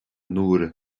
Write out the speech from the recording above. nóra